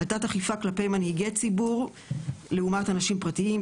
על תת אכיפה כלפי מנהיגי ציבור לעומת אנשים פרטיים,